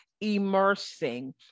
immersing